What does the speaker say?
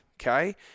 Okay